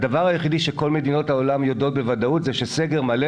הדבר היחיד שכל מדינות העולם יודעות בוודאות זה שסגר מלא